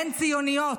"הן ציוניות".